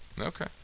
Okay